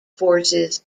forces